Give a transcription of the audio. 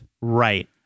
Right